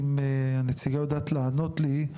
אם הנציגה יודעת לענות לי,